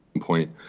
Point